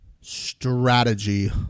strategy